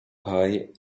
pie